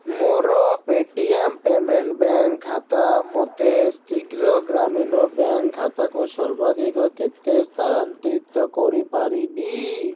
ମୁଁ ମୋର Paytm payments bank ଖାତାରୁ ମୋ ସପ୍ତଗିରି ଗ୍ରାମୀଣ ବ୍ୟାଙ୍କ୍ ଖାତାକୁ ସର୍ବାଧିକ କେତେ ଟଙ୍କା ସ୍ଥାନାନ୍ତରିତ କରିପାରିବି